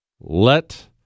let